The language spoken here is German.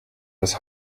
das